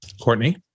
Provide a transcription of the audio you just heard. Courtney